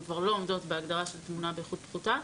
כבר לא עומדות בהגדרה של תמונה באיכות פחותה.